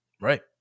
Right